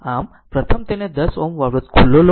આમ પ્રથમ તેને 10 Ω અવરોધ ખુલ્લો લો